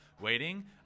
waiting